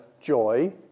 joy